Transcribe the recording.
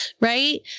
right